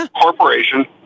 corporation